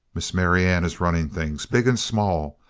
miss marianne is running things, big and small.